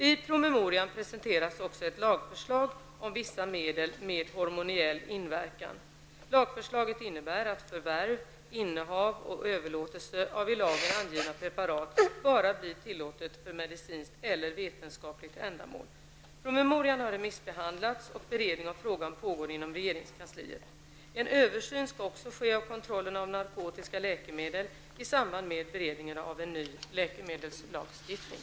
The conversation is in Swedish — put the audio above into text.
I promemorian presenteras också ett lagförslag om vissa medel med hormoniell inverkan. Lagförslaget innebär att förvärv, innehav och överlåtelse av i lagen angivna preparat bara blir tillåtna för medicinskt eller vetenskapligt ändamål. Promemorian har remissbehandlats, och beredning av frågan pågår inom regeringskansliet. En översyn skall också ske av kontrollen av narkotiska läkemedel i samband med beredningen av en ny läkemedelslagstiftning.